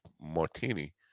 martini